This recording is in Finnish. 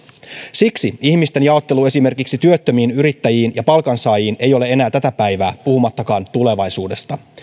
siksi ihmisten jaottelu esimerkiksi työttömiin yrittäjiin ja palkansaajiin ei ole enää tätä päivää puhumattakaan tulevaisuudesta